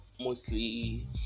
mostly